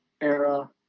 era